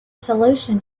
solution